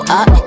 up